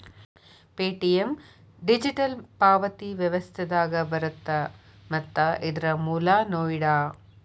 Paytm digital ಪಾವತಿ ವ್ಯವಸ್ಥೆದಾಗ ಬರತ್ತ ಮತ್ತ ಇದರ್ ಮೂಲ ನೋಯ್ಡಾ